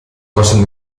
possono